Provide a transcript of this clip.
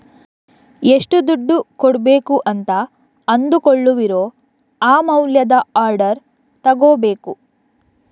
ಎಷ್ಟು ದುಡ್ಡು ಕೊಡ್ಬೇಕು ಅಂತ ಅಂದುಕೊಳ್ಳುವಿರೋ ಆ ಮೌಲ್ಯದ ಆರ್ಡರ್ ತಗೋಬೇಕು